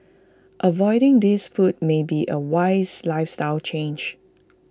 avoiding these foods may be A wise lifestyle change